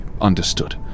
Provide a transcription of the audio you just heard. understood